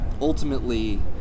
ultimately